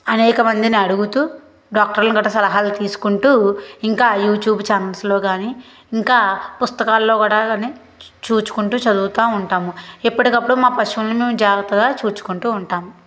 అనేక మందిని అడుగుతూ డాక్టర్లని గట్టా సలహాలు తీసుకుంటూ ఇంకా యూట్యూబ్ ఛానెల్స్లో కానీ ఇంకా పుస్తకాల్లో కూడా అని చూసుకుంటూ చదువుతూ ఉంటాము ఎప్పటికప్పుడు మా పశువులని మేము జాగ్రత్తగా చూసుకుంటూ ఉంటాము